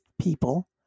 people